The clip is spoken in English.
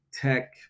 tech